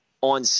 on